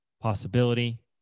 possibility